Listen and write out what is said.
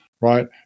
right